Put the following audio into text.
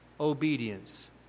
obedience